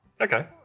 Okay